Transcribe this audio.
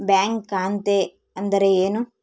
Bank ಖಾತೆ ಅಂದರೆ ಏನು?